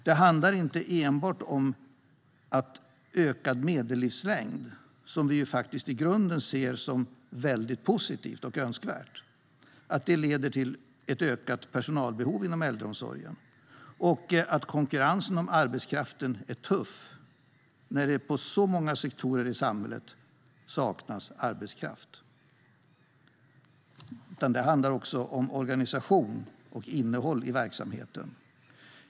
Det handlar inte enbart om att ökad medellivslängd, som vi ju faktiskt i grunden ser som väldigt positivt och önskvärt, leder till ett ökat personalbehov inom äldreomsorgen och att konkurrensen om arbetskraften är tuff när det i så många sektorer i samhället saknas arbetskraft. Det handlar också om organisation och innehåll i verksamheten.